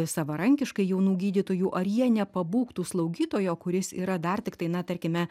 savarankiškai jaunų gydytojų ar jie nepabūgtų slaugytojo kuris yra dar tiktai na tarkime